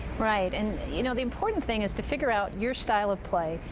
right, and you know the important thing is to figure out your style of play.